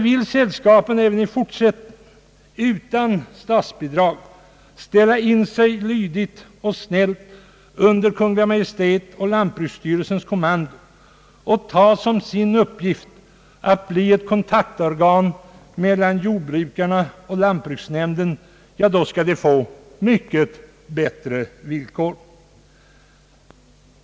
Vill :sällskapen däremot även i fortsättningen utan statsbidrag lydigt och snällt ställa in sig under Kungl. Maj:ts och lantbruksstyrelsens kommando och ta som sin uppgift att bli ett kontaktorgan mellan jordbrukarna och lantbruksnämnden skall de få mycket bättre villkor.